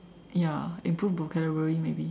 ya improve vocabulary maybe